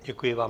Děkuji vám.